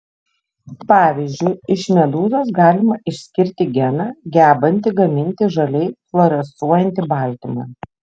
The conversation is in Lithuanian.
pavyzdžiui iš medūzos galima išskirti geną gebantį gaminti žaliai fluorescuojantį baltymą